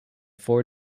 four